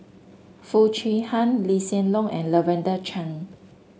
Foo Chee Han Lee Hsien Loong and Lavender Chang